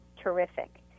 terrific